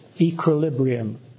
equilibrium